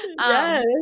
Yes